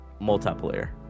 multiplayer